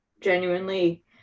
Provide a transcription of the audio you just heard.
genuinely